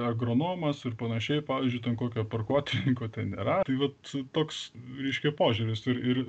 agronomas ir panašiai pavyzdžiui ten kokio parkotyrininko ten nėra tai vat toks reiškia požiūris ir